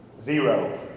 Zero